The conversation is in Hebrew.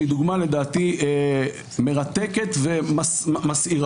שהיא דוגמה לדעתי מרתקת ומסעירה.